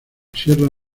sierra